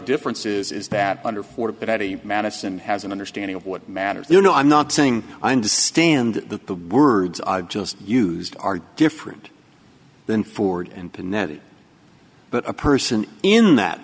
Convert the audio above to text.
difference is that under for betty madison has an understanding of what matters you know i'm not saying i understand that the words i've just used are different than ford and pinetti but a person in that